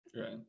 Right